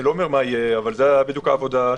זו העבודה.